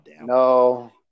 No